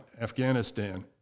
Afghanistan